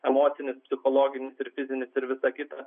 emocinis psichologinis ir fizinis ir visa kita